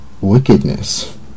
wickedness